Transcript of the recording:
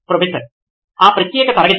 professor ఆ ప్రత్యేక తరగతి